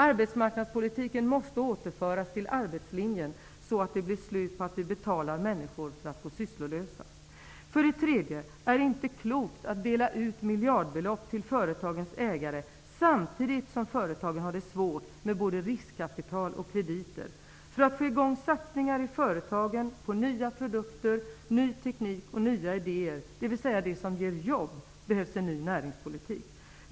Arbetsmarknadspolitiken måste återföras till arbetslinjen, så att det blir slut på att vi betalar människor för att gå sysslolösa. För det tredje är det inte klokt att dela ut miljardbelopp till företagens ägare samtidigt som företagen har det svårt med både riskkapital och krediter. För att få i gång satsningar i företagen -- på nya produkter, ny teknik och nya idéer, dvs. det som ger jobb -- behövs en ny näringspolitik.